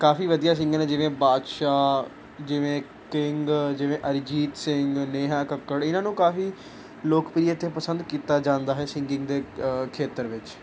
ਕਾਫੀ ਵਧੀਆ ਸਿੰਗਰ ਨੇ ਜਿਵੇਂ ਬਾਦਸ਼ਾਹ ਜਿਵੇਂ ਕਿੰਗ ਜਿਵੇਂ ਅਰਿਜੀਤ ਸਿੰਘ ਨੇਹਾ ਕੱਕੜ ਇਹਨਾਂ ਨੂੰ ਕਾਫੀ ਲੋਕਪ੍ਰਿਅ ਇੱਥੇ ਪਸੰਦ ਕੀਤਾ ਜਾਂਦਾ ਹੈ ਸਿੰਗਿੰਗ ਦੇ ਖੇਤਰ ਵਿੱਚ